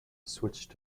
switched